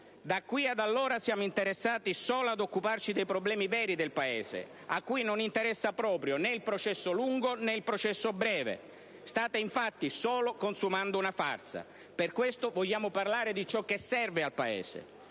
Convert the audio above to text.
Da qui ad allora siamo interessati solo ad occuparci dei problemi veri del Paese, a cui non interessa proprio né il processo lungo né il processo breve. State, infatti, solo consumando una farsa. Per questo, vogliamo parlare di ciò che serve al Paese: